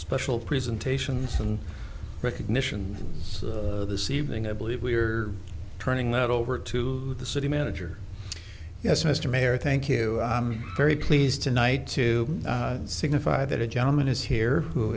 special presentations and recognition this evening i believe we're turning that over to the city manager yes mr mayor thank you very pleased tonight to signify that a gentleman is here who